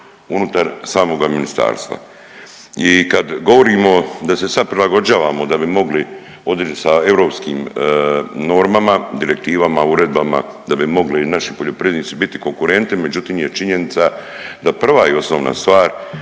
unutar samoga ministarstva. I kad govorimo da se sad prilagođavamo da bi mogli …/Govornik se ne razumije/…sa europskim normama, direktivama, uredbama, da bi mogli naši poljoprivrednici biti konkurentni, međutim je činjenica da prva i osnovna stvar